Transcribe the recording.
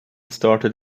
started